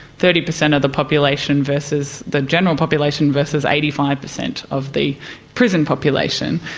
thirty percent of the population versus the general population versus eighty five percent of the prison population.